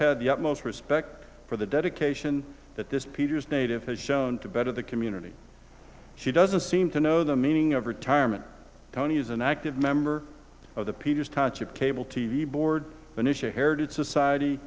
had the utmost respect for the dedication that this peters native has shown to better the community she doesn't seem to know the meaning of retirement tony is an active member of the peters touchup cable t v board initiate hared society